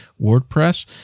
WordPress